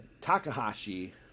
Takahashi